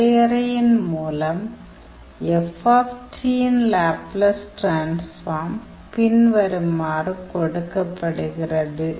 வரையறையின் மூலம் F - இன் லேப்லஸ் டிரான்ஸ்ஃபார்ம் பின்வருமாறு கொடுக்கப்படுகிறது